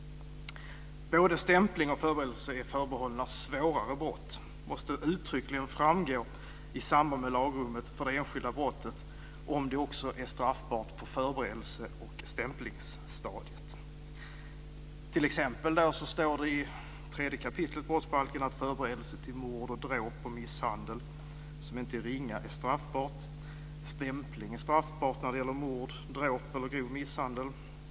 Både stämpling och förberedelse är förbehållna svårare brott. Det måste uttryckligen framgå i samband med lagrummet för det enskilda brottet om det också är straffbart på förberedelse och stämplingsstadiet. Det står t.ex. i 3 kap. brottsbalken att förberedelse till mord, dråp och misshandel som inte är ringa är straffbart. Stämpling är straffbart när det gäller mord, dråp eller grov misshandel.